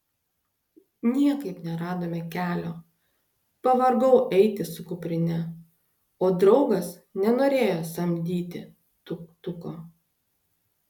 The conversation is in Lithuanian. niekaip neradome kelio pavargau eiti su kuprine o draugas nenorėjo samdyti tuk tuko